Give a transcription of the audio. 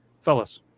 Fellas